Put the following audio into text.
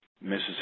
Mississippi